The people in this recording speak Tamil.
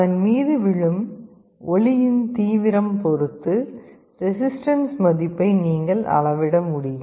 அதன் மீது விழும் ஒளியின் தீவிரம் பொறுத்து ரெசிஸ்டன்ஸ் மதிப்பை நீங்கள் அளவிட முடியும்